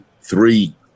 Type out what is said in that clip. three